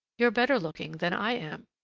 you're better looking than i am.